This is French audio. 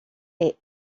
est